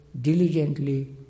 diligently